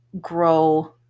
grow